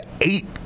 eight